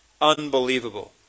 Unbelievable